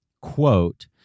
quote